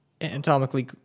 Anatomically